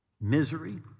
misery